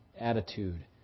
attitude